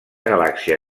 galàxia